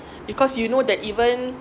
because you know that even